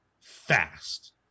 fast